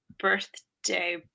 birthday